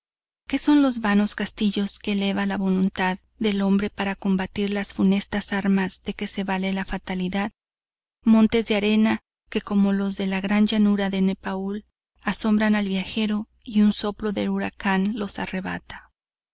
que son los vanos castillos que eleva la voluntad del hombre para combatir las funestas armas de que se vale la fatalidad montes de arena que como los de la gran llanura de nepaul asombran al viajero y un soplo del huracán los arrebata